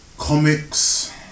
Comics